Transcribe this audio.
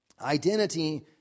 Identity